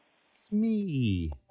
Smee